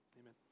Amen